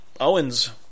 Owens